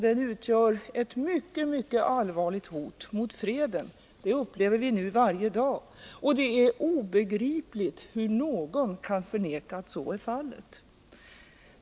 Den utgör ett mycket allvarligt hot mot freden. Det upplever vi nu varje dag, och det är obegripligt hur någon kan förneka att så är fallet.